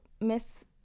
Miss